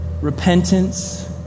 repentance